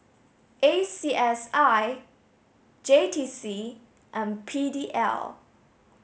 A C S I J T C and P D L